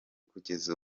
kugeza